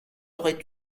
aurait